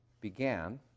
began